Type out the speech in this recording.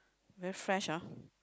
very fresh ah